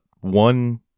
one